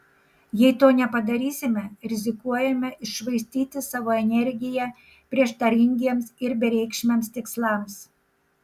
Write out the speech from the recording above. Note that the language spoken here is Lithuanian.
jei to nepadarysime rizikuojame iššvaistyti savo energiją prieštaringiems ir bereikšmiams tikslams